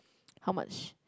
how much